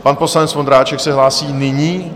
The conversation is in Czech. Pan poslanec Vondráček se hlásí nyní?